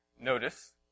notice